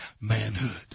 manhood